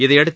இதையடுத்து